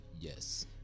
Yes